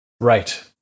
Right